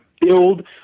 build